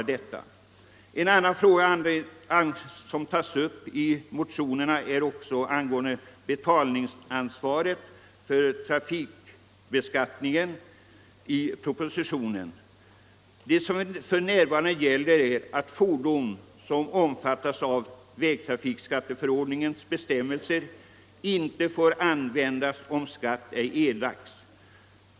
Frågan om betalningsansvaret för vägtrafikbeskattningen tas också upp i propositionen. För närvarande gäller att fordon, som omfattas av vägtrafikskatteförordningens bestämmelser, inte får användas om skatt ej erlagts.